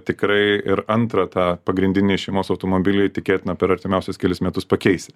tikrai ir antrą tą pagrindinį šeimos automobilį tikėtina per artimiausius kelis metus pakeisi